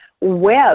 web